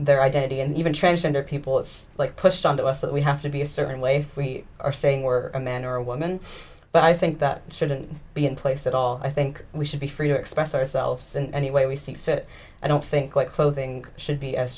their identity and even transgender people it's like pushed onto us that we have to be a certain way for we are saying we're a man or woman but i think that shouldn't be in place at all i think we should be free to express ourselves and the way we see fit i don't think white clothing should be as